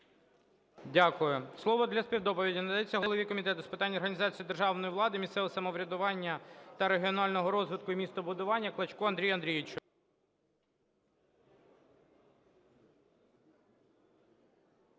Дякую. Слово для співдоповіді надається голові Комітету з питань організації державної влади, місцевого самоврядування та регіонального розвитку і містобудування Клочку Андрію Андрійовичу.